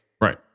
Right